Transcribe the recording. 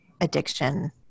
addiction